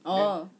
oh